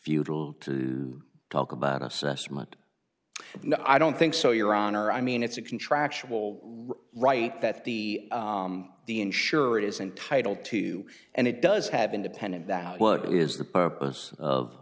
futile to talk about assessment no i don't think so your honor i mean it's a contractual right that the the insured is entitled to and it does have independent that what is the purpose of